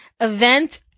event